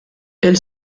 elle